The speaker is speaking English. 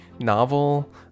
novel